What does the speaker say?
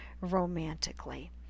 romantically